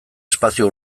espazio